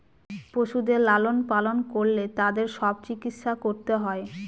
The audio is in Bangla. পশুদের লালন পালন করলে তাদের সব চিকিৎসা করতে হয়